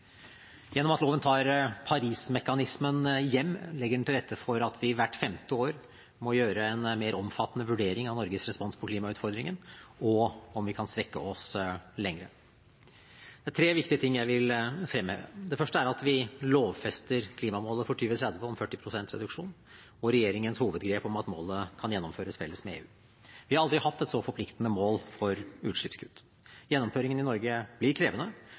Gjennom at loven tar Paris-mekanismen hjem, legger den til rette for at vi hvert femte år må gjøre en mer omfattende vurdering av Norges respons på klimautfordringen og om vi kan strekke oss lenger. Det er tre viktige ting jeg vil fremheve. Det første er at vi lovfester klimamålet for 2030 om 40 pst. reduksjon, hvor regjeringens hovedgrep er at målet kan gjennomføres felles med EU. Vi har aldri hatt et så forpliktende mål for utslippskutt. Gjennomføringen i Norge blir krevende.